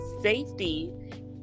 safety